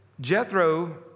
Jethro